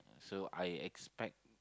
so I expect